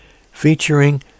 featuring